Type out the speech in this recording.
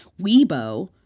Weibo